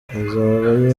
azaba